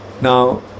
Now